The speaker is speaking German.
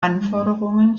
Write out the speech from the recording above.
anforderungen